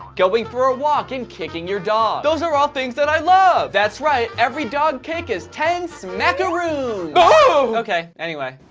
going for a walk, and kicking your dog. those are all things that i love that's right. every dog-kick is ten smackaroos! ooooooohhh okay, anyway